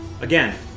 again